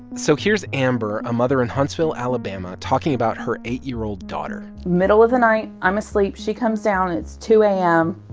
so here's amber, a mother in huntsville, ala, but ah talking about her eight year old daughter middle of the night. i'm asleep. she comes down. it's two a m.